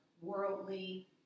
worldly